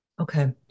okay